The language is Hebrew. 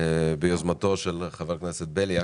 ביוזמתו של חבר הכנסת בליאק.